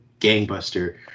gangbuster